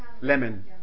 Lemon